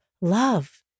love